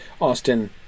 Austin